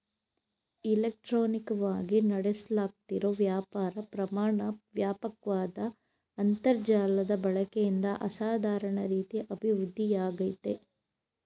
ಇಲೆಕ್ಟ್ರಾನಿಕವಾಗಿ ನಡೆಸ್ಲಾಗ್ತಿರೋ ವ್ಯಾಪಾರ ಪ್ರಮಾಣ ವ್ಯಾಪಕ್ವಾದ ಅಂತರ್ಜಾಲದ ಬಳಕೆಯಿಂದ ಅಸಾಧಾರಣ ರೀತಿ ಅಭಿವೃದ್ಧಿಯಾಗಯ್ತೆ